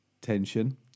tension